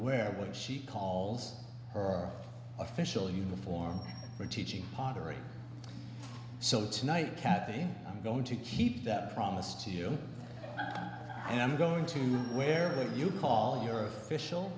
wear what she calls or official uniform for teaching pottery so tonight kathy i'm going to keep that promise to you and i'm going to wherever you call your official